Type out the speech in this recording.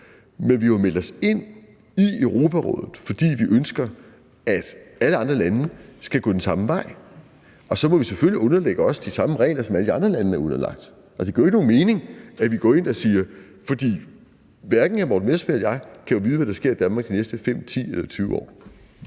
Men vi har jo meldt os ind i Europarådet, fordi vi ønsker, at alle andre lande skal gå den samme vej. Og så må vi selvfølgelig underlægge os de samme regler, som alle de andre lande er underlagt. Hverken hr. Morten Messerschmidt eller jeg kan jo vide, hvad der sker i Danmark de næste 5, 10 eller 20 år.